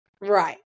Right